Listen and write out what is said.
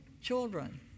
children